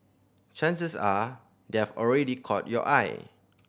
chances are they have already caught your eye